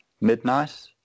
midnight